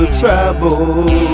trouble